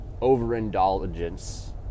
overindulgence